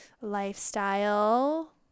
lifestyle